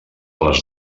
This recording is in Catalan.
les